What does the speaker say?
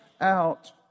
out